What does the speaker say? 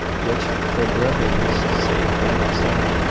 which for brevity's sake i must omit.